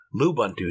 Lubuntu